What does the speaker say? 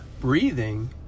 breathing